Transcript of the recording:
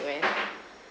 weh